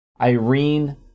Irene